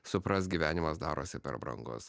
suprask gyvenimas darosi per brangus